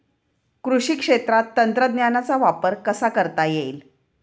कृषी क्षेत्रात तंत्रज्ञानाचा वापर कसा करता येईल?